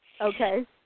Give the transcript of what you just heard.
Okay